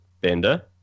bender